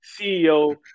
CEO